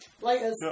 Later